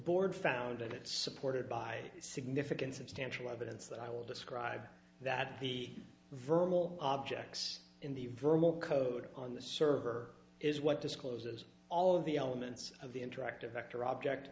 board found it supported by significance instanter evidence that i will describe that the verbal objects in the verbal code on the server is what discloses all of the elements of the interactive actor object